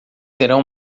serão